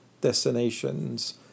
destinations